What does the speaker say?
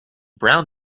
brown